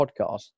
podcast